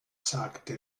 sagte